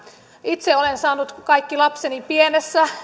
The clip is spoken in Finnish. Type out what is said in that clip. itse olen saanut kaikki lapseni pienessä